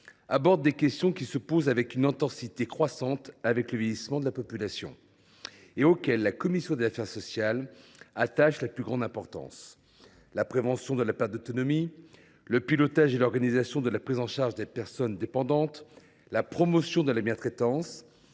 soulève des questions qui se posent avec une intensité croissante en raison du vieillissement de la population et auxquelles la commission des affaires sociales attache la plus grande importance : la prévention de la perte d’autonomie, le pilotage et l’organisation de la prise en charge des personnes dépendantes, la promotion de la bientraitance,